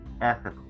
ethical